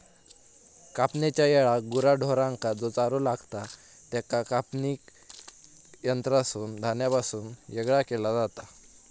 कापणेच्या येळाक गुरा ढोरांका जो चारो लागतां त्याका कापणी यंत्रासून धान्यापासून येगळा केला जाता